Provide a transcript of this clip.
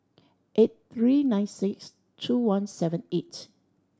eight three nine six two one seven eight